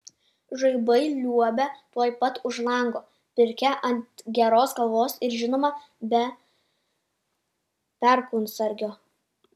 žaibai liuobia tuoj pat už lango pirkia ant geros kalvos ir žinoma be perkūnsargio